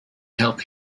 help